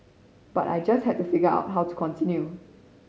but I just had to figure out how to continue